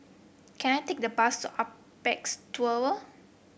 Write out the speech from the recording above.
can I take the bus to Apex Tower